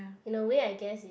in a way I guess is